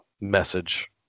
message